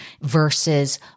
versus